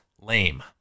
lame